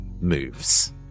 moves